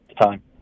time